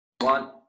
One